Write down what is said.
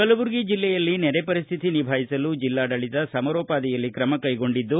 ಕಲಬುರಗಿ ಜಿಲ್ಲೆಯಲ್ಲಿ ನೆರೆ ಪರಿಸ್ಥಿತಿ ನಿಭಾಯಿಸಲು ಜಿಲ್ಲಾಡಳಿತ ಸಮರೋಪಾದಿಯಲ್ಲಿ ಕ್ರಮಕೈಗೊಂಡಿದ್ದು